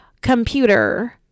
computer